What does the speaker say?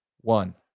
one